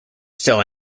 still